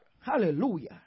Hallelujah